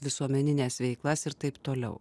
visuomenines veiklas taip toliau